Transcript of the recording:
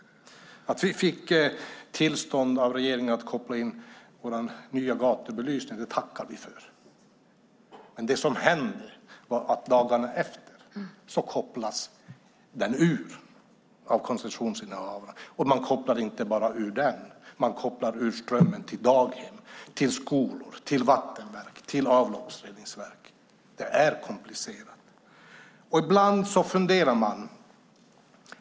Att vi fick tillstånd av regeringen att koppla in vår nya gatubelysning tackar vi för. Men vad som hände var att dagarna efter kopplades belysningen ur av koncessionsinnehavaren. Det var inte bara belysningen som kopplades ur, utan man kopplade ur strömmen till daghem, skolor, vattenverk och avloppsreningsverk. Det är komplicerat.